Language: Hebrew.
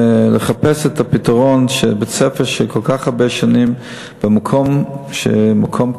ולחפש את הפתרון לבית-ספר שנמצא כל כך הרבה שנים במקום קשה,